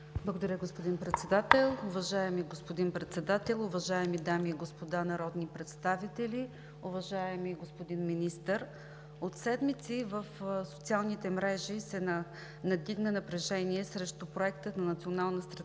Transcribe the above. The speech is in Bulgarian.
Благодаря, господин Председател. Уважаеми господин Председател, уважаеми дами и господа народни представители! Уважаеми господин Министър, от седмици в социалните мрежи се надигна напрежение срещу Проекта на Национална стратегия